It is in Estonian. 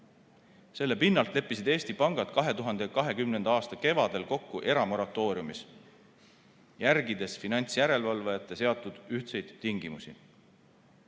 Selle pinnalt leppisid Eesti pangad 2020. aasta kevadel kokku eramoratooriumis, järgides finantsjärelevalvajate seatud ühtseid tingimusi.